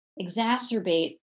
exacerbate